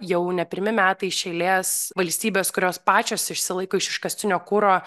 jau ne pirmi metai iš eilės valstybės kurios pačios išsilaiko iš iškastinio kuro